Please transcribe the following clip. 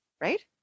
right